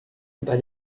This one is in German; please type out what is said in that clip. bei